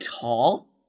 tall